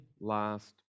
last